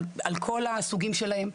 על כל הסוגים שלהם,